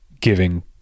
giving